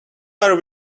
are